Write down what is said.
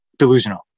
delusional